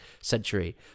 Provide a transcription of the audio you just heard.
century